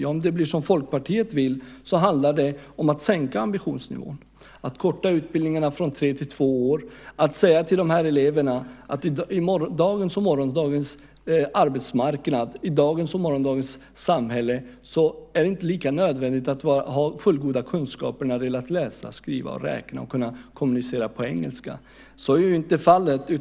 Jo, om det blir som Folkpartiet vill handlar det om att sänka ambitionsnivån, att korta utbildningarna från tre till två år, att säga till eleverna att i dagens och morgondagens arbetsmarknad och samhälle är det inte lika nödvändigt att ha fullgoda kunskaper i att läsa, skriva och räkna och kunna kommunicera på engelska. Så är inte fallet.